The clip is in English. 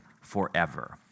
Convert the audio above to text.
forever